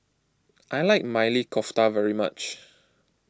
I like Maili Kofta very much